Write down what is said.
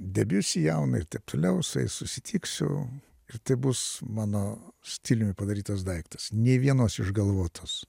de biusi jauną ir taip toliau su jais susitiksiu ir tai bus mano stiliumi padarytas daiktas nė vienos išgalvotos